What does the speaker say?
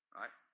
right